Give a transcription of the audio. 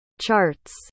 charts